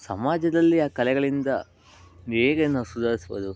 ಸಮಾಜದಲ್ಲಿ ಆ ಕಲೆಗಳಿಂದ ಬೇಗನೆ ನಾವು ಸುಧಾರಿಸ್ಬೋದು